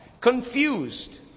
confused